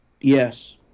Yes